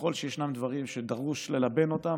וככל שישנם דברים שדרוש ללבן אותם,